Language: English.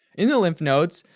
in the lymph nodes,